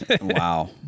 Wow